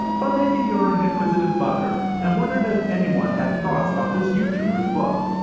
but maybe you're an inquisitive bugger and wondered if anyone had thoughts about this youtuber's book.